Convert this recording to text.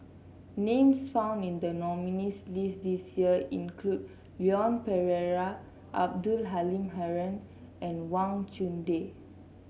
names found in the nominees' list this year include Leon Perera Abdul Halim Haron and Wang Chunde